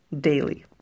daily